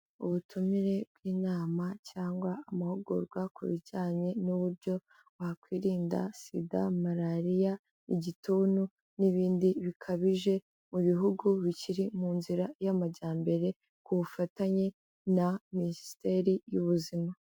Ubutumire bw'inama cyangwa amahugurwa ku bijyanye n'uburyo wakwirinda Sida, Malariya, igituntu n'ibindi bikabije mu bihugu bikiri mu nzira y'amajyambere ku bufatanye na Minisiteri y'Ubuzima.